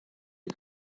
you